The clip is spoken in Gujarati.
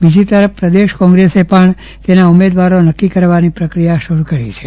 બીજી તરફ પ્રદેશ કોન્ગ્રેશે પણ તેના ઉમેદવારો નક્કી કરવાની પ્રક્રિયા શરુ કરી છે